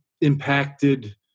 impacted